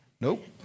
Nope